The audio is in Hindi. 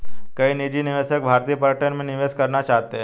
कई निजी निवेशक भारतीय पर्यटन में निवेश करना चाहते हैं